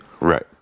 Right